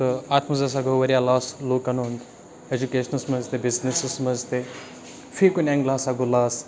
تہٕ اَتھ منٛز ہَسا گوٚو واریاہ لاس لوٗکَن ہُنٛد اٮ۪جوکیشنَس منٛز تہِ بِزنِسَس منٛز تہِ فی کُنہِ اٮ۪نٛگلہٕ ہَسا گوٚو لاس